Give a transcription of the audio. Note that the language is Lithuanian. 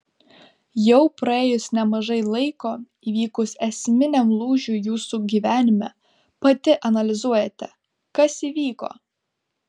jau praėjus nemažai laiko įvykus esminiam lūžiui jūsų gyvenime pati analizuojate kas įvyko